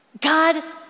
God